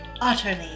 utterly